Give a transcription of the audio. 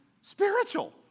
spiritual